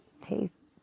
tastes